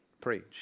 preach